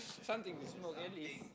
something is